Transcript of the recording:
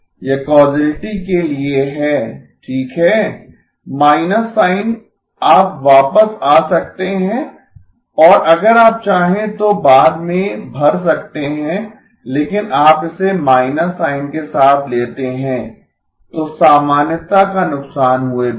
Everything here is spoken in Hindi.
यह कौसैलिटी के लिए है ठीक है माइनस साइन आप वापस आ सकते हैं और अगर आप चाहे तो बाद में भर सकते हैं लेकिन आप इसे माइनस साइन के साथ लेते है तो सामान्यता का नुकसान हुए बिना